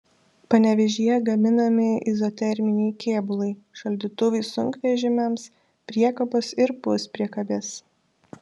panevėžyje gaminami izoterminiai kėbulai šaldytuvai sunkvežimiams priekabos ir puspriekabės